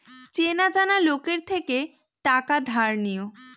চেনা জানা লোকের থেকে টাকা ধার নিও